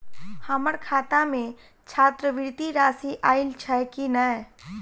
हम्मर खाता मे छात्रवृति राशि आइल छैय की नै?